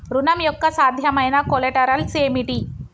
ఋణం యొక్క సాధ్యమైన కొలేటరల్స్ ఏమిటి?